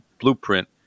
blueprint